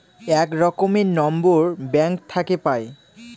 এক রকমের নম্বর ব্যাঙ্ক থাকে পাই